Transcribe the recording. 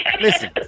Listen